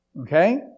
okay